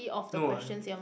no ah